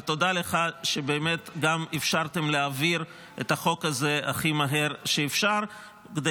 תודה לך שבאמת אפשרתם להעביר את החוק הזה הכי מהר שאפשר כדי